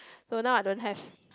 so now I don't have